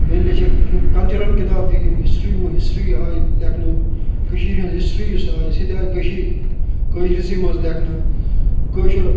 بیٚیہِ لیٚچکھ کیٚنٛہہ کلچرل کِتاب تہِ یِم ہسٹری ہسٹری آیہِ لیٚکھنہٕ کٔشیٖرِ ہٕنٛز ہسٹری یۄس آیہِ سۄ تہِ آیہِ کٔشیٖر کٲشرِسٕے منٛز لیٚکھنہٕ کٲشُر